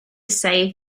save